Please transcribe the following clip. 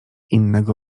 innego